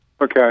Okay